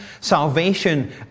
salvation